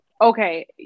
okay